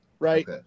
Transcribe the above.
Right